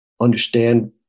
understand